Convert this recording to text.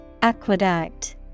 Aqueduct